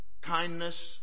kindness